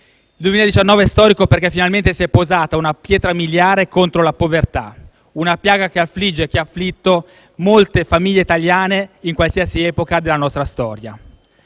del 2018 - perché finalmente si è posata una pietra miliare contro la povertà, una piaga che affligge e che ha afflitto molte famiglie italiane in qualsiasi epoca della nostra storia.